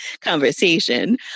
conversation